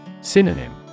Synonym